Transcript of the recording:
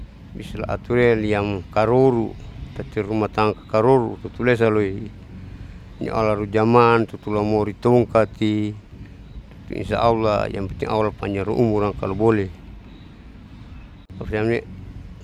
Bisa laaturea lian karoru tati ruma tangkaroru utulua lesan loi nialaru jaman tutulamori tongkat, tut insya allah yang penting allah pajang umura kalo boleh tapa siam ne.